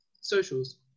Socials